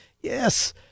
Yes